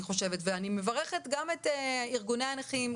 ואני מברכת גם את ארגוני הנכים,